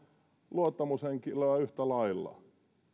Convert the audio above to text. luottamushenkilöä yhtä lailla